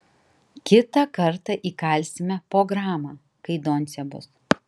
kitą kartą įkalsime po gramą kai doncė bus